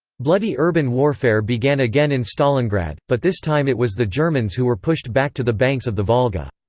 bloody urban warfare began again in stalingrad, but this time it was the germans who were pushed back to the banks of the volga.